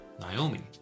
Naomi